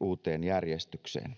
uuteen järjestykseen